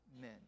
men